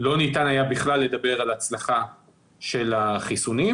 לא ניתן היה בכלל לדבר על הצלחה של החיסונים,